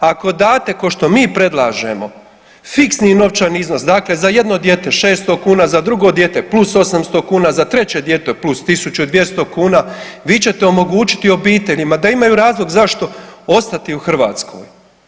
Ako date košto mi predlažemo fiksni novčani iznos, dakle za jedno dijete 600 kuna, za drugo dijete plus 800 kuna, za treće dijete plus 1.200 kuna, vi ćete omogućiti obiteljima da imaju razlog zašto ostati u Hrvatskoj.